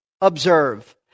observe